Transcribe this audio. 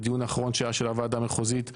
בדיון האחרון שהיה של הוועדה המחוזית הסביר,